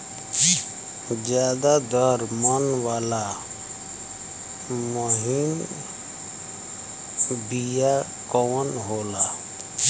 ज्यादा दर मन वाला महीन बिया कवन होला?